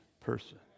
person